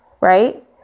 right